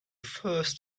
first